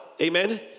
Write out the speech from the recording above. Amen